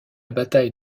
bataille